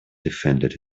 defended